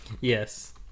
Yes